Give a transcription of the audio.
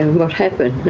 and what happened?